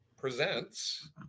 presents